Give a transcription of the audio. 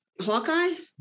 Hawkeye